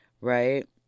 right